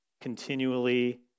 continually